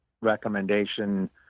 recommendation